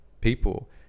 people